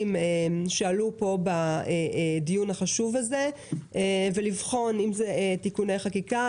שעלו פה בדיון החשוב הזה ולבחון האם זה תיקוני חקיקה,